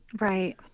Right